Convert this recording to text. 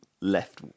left